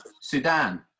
Sudan